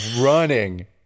running